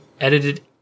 edited